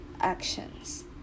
actions